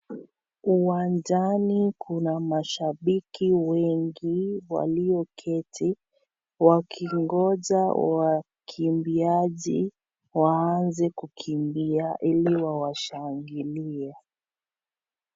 Uwanjani kuna mashabiki wengi walioketi wakingoja wakimbiaji waanze kukimbia, ili wawashangilie.